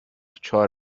چهار